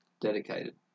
Dedicated